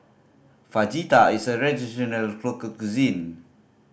Fajita is a traditional local cuisine